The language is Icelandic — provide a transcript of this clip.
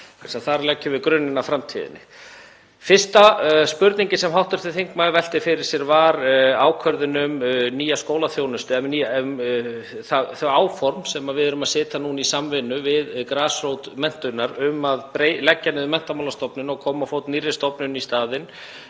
Þar leggjum við grunninn að framtíðinni. Fyrsta spurningin sem hv. þingmaður velti fyrir sér var ákvörðun um nýja skólaþjónustu eða þau áform sem við erum að gera núna í samvinnu við grasrót menntunar um að leggja niður Menntamálastofnun og koma á fót nýrri stofnun í staðinn